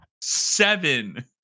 Seven